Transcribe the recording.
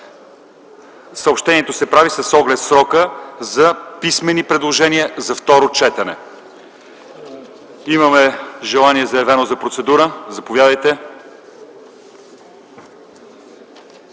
Съобщението се прави с оглед срока за писмени предложения за второ четене. Има ли желаещи за процедура? Заповядайте,